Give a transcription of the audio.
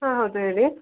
ಹಾಂ ಹೌದು ಹೇಳಿ